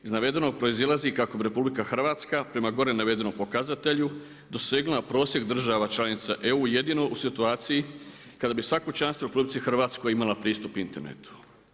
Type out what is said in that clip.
Iz navedenog proizlazi kako bi RH prema gore navedenom pokazatelju dosegnula prosjek država članica EU jedino u situaciju kada bi sva kućanstva u RH imala pristup internetu.